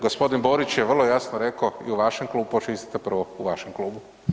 G. Borić je vrlo jasno rekao, i u vašem klubu, počistite prvo u vašem klubu.